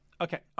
Okay